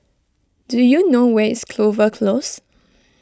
do you know where is Clover Close